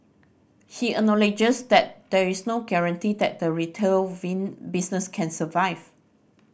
he acknowledges that there is no guarantee that the retail business can survive